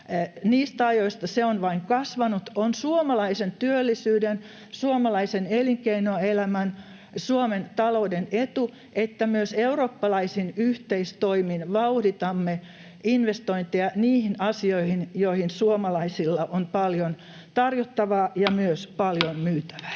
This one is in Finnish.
Niistä ajoista se on vain kasvanut. On suomalaisen työllisyyden, suomalaisen elinkeinoelämän, Suomen talouden etu, että myös eurooppalaisin yhteistoimin vauhditamme investointeja niihin asioihin, joissa suomalaisilla on paljon tarjottavaa ja [Puhemies